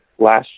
Last